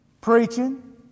preaching